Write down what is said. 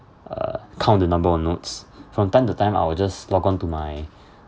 uh count the number or notes from time to time I will just log onto my